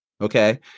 Okay